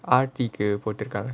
R_T_K protocol